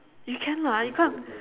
you can lah you can't